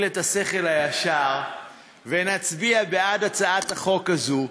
את השכל הישר ונצביע בעד הצעת החוק הזו,